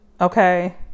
Okay